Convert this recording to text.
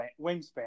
wingspan